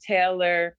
Taylor